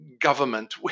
government